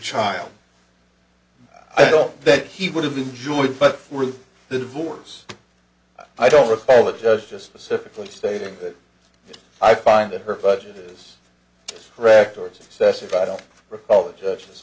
child i don't think he would have enjoyed but the divorce i don't recall the judge just pacifically stating that if i find that her budget is correct or excessive i don't recall a judge